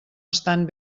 estan